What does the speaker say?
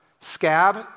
scab